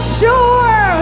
sure